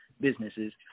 businesses –